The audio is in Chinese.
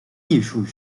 艺术